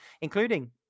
including